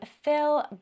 Phil